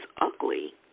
ugly